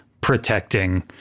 protecting